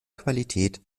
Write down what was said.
qualität